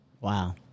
Wow